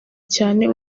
cyane